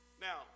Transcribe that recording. Now